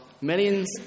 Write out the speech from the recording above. Millions